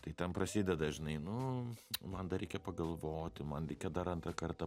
tai ten prasideda žinai nu man dar reikia pagalvoti man reikia dar antrą kartą